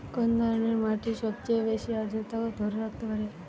কোন ধরনের মাটি সবচেয়ে বেশি আর্দ্রতা ধরে রাখতে পারে?